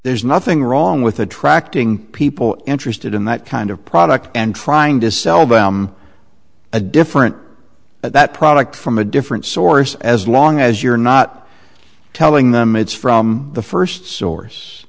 there's nothing wrong with attracting people interested in that kind of product and trying to sell them a different that product from a different source as long as you're not telling them it's from the first source